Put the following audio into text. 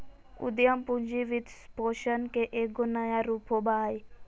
उद्यम पूंजी वित्तपोषण के एगो नया रूप होबा हइ